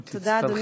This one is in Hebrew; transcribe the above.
אדוני.